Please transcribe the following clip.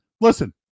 Listen